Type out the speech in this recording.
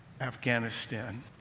Afghanistan